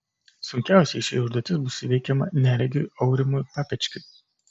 sunkiausiai ši užduotis bus įveikiama neregiui aurimui papečkiui